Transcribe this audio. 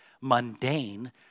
mundane